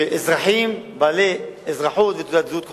שאזרחים בעלי אזרחות ותעודת זהות כחולה,